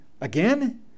again